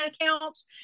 accounts